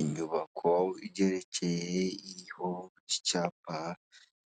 Inyubako igerekeye iriho icyapa